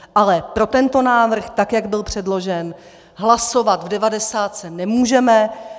Ale pro tento návrh, tak jak byl předložen, hlasovat v devadesátce nemůžeme.